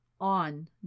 on